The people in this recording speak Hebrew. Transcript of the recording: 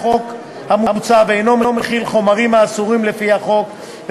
המוצע ואינו מכיל חומרים האסורים לפי החוק,